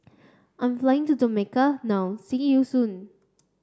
I'm flying to Dominica now see you soon